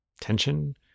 Tension